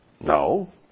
No